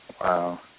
Wow